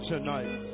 Tonight